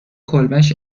کلبش